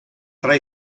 tra